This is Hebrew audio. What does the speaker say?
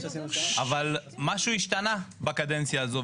אבל משהו השתנה בקדנציה הזאת.